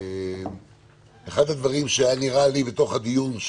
אחד הדברים שנראו לי בתוך הדיון,